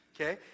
Okay